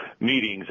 meetings